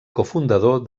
cofundador